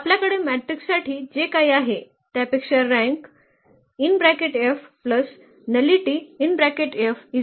तर आपल्याकडे मॅट्रिकसाठी जे काही आहे त्यापेक्षा रैंक हा सामान्य परिणाम आहे